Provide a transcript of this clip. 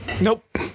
Nope